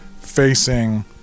facing